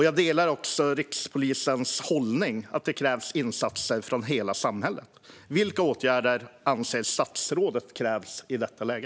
Jag delar också rikspolisens hållning att det krävs insatser från hela samhället. Vilka åtgärder anser statsrådet krävs i detta läge?